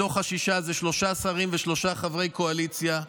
מתוך השישה זה שלושה שרים ושלושה חברי קואליציה,